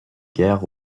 guerre